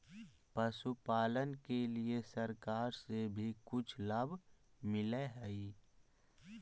पशुपालन के लिए सरकार से भी कुछ लाभ मिलै हई?